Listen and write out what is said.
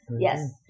Yes